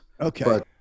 Okay